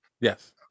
Yes